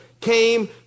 came